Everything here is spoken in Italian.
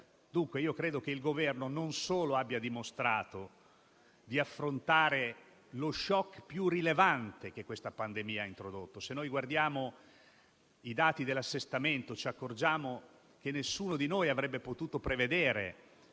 Dunque credo che il Governo non abbia solo dimostrato di affrontare lo shock più rilevante che questa pandemia ha introdotto; se guardiamo i dati dell'assestamento ci accorgiamo che nessuno di noi avrebbe potuto prevedere